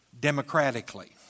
democratically